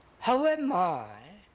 how am i,